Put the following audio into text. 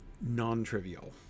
non-trivial